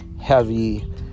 heavy